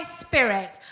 spirit